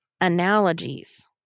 analogies